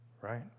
Right